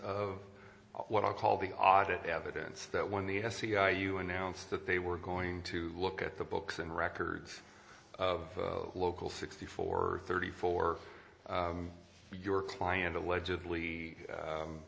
of what i call the audit evidence that when the sci you announced that they were going to look at the books and records of local sixty four thirty four your client allegedly